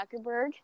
Zuckerberg